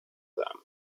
them